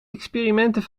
experimenten